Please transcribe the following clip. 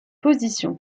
position